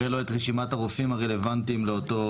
מראה לו את רשימת הרופאים הרלוונטיים לאותו